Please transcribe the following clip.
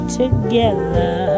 together